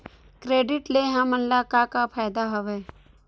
Credit ले हमन का का फ़ायदा हवय?